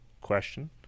question